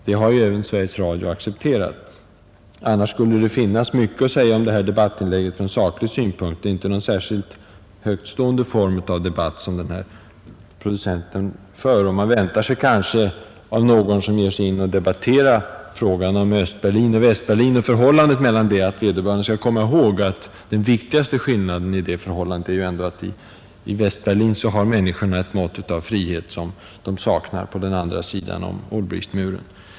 Det har även Sveriges Radio accepterat. Annars skulle det finnas mycket att säga om detta debattinlägg från saklig synpunkt. Det är inte någon särskilt högtstående form av debatt som producenten där för, och man väntar sig kanske av någon, som ger sig in på att debattera förhållandet mellan Östberlin och Västberlin, att vederbörande skall komma ihåg den viktigaste skillnaden i det förhållandet — att i Västberlin har människorna ett mått av frihet som de saknar på den andra sidan av Ulbrichtmuren.